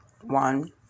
One